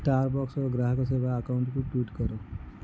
ଷ୍ଟାରବକ୍ସର ଗ୍ରାହକ ସେବା ଆକାଉଣ୍ଟକୁ ଟୁଇଟ୍ କର